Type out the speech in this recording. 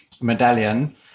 medallion